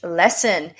lesson